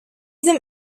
them